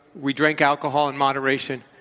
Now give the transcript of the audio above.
we drank alcohol in moderation,